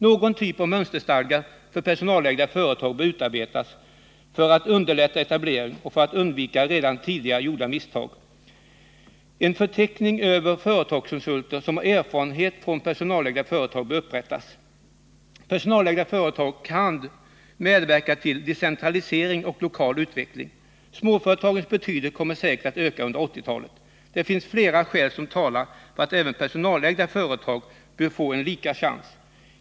Någon typ av mönsterstadgar för personalägda företag bör utarbetas för att underlätta etableringen och för att undvika redan tidigare gjorda misstag. En förteckning över företagskonsulter som har erfarenheter från personalägda företag bör upprättas. Personalägda företag kan medverka till decentralisering och lokal utveckling. Småföretagens betydelse kommer säkert att öka under 1980 talet. Det finns flera skäl som talar för att även personalägda företag bör få en lika chans.